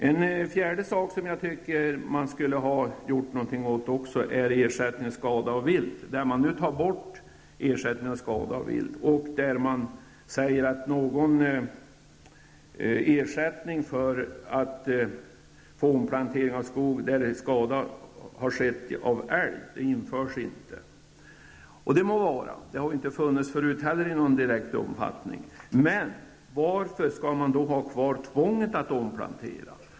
Ytterligare en sak som jag tycker att man skulle gjort någonting åt är ersättningen för skada av vilt. Man tar nu bort ersättningen för skada av vilt. Man säger att någon ersättning för att få plantera om skog där skada av älg skett inte införs. Det må vara. Det har inte funnits förut heller i någon direkt omfattning. Men varför skall man ha kvar tvånget att omplantera?